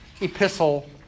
epistle